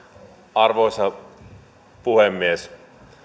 arvoisa puhemies